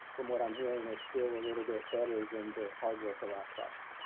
from what i'm hearing, are still a little bit better than the hardware for laptops.